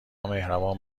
مهربان